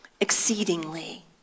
Exceedingly